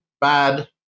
bad